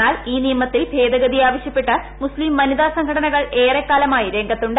എന്നാൽ ഈ നിയമത്തിൽ ഭേദഗതി ആവശ്യപ്പെട്ട് മുസ്ലീം വനിതാ സംഘടനകൾ ഏറെക്കാല മായി രംഗത്തുണ്ട്